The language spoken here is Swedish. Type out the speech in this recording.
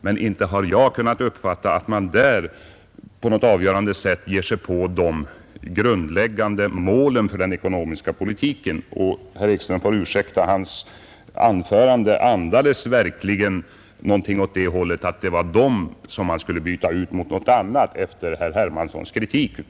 Men inte har jag kunnat uppfatta att man där på något avgörande sätt ger sig på de grundläggande målen för den ekonomiska politiken. Och herr Ekström får ursäkta, men hans anförande andades också litet av den uppfattningen att de grundläggande målen skulle man byta ut mot någonting annat efter herr Hermanssons kritik.